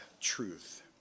truth